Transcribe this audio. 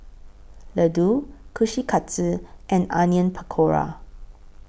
Ladoo Kushikatsu and Onion Pakora